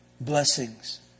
blessings